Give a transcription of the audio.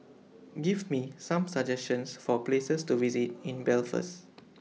Give Me Some suggestions For Places to visit in Belfast